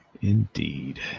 Indeed